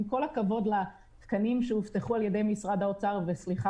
עם כל הכבוד לתקנים שהובטחו על-ידי משרד האוצר סליחה